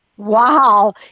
Wow